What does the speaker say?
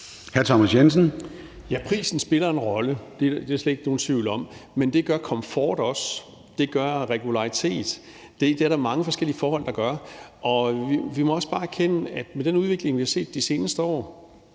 nogen tvivl om – men det gør komfort og regularitet også. Det er der mange forskellige forhold der gør. Vi må også bare erkende, hvordan udviklingen har været de seneste år.